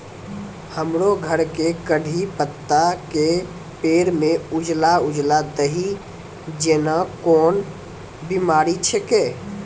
हमरो घर के कढ़ी पत्ता के पेड़ म उजला उजला दही जेना कोन बिमारी छेकै?